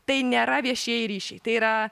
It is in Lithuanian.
tai nėra viešieji ryšiai tai yra